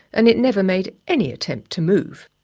and it never made any attempt to move